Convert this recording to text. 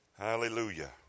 Hallelujah